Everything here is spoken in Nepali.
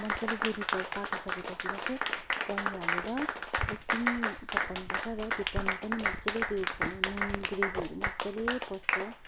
मज्जाले ग्रेभी प पाकिसकेपछि मात्रै पनिर हालेर एकछिन पकाउँनुपर्छ र त्यो पनिर पनि त्यो मज्जाले त्यो नुन ग्रेभीहरू मज्जाले पस्छ